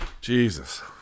Jesus